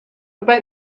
about